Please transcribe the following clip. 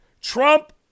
Trump